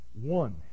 one